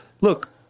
look